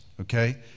Okay